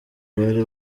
bari